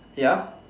ya